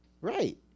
Right